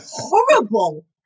horrible